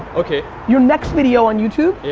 okay. you're next video on youtube yeah.